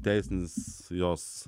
teisinis jos